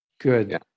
Good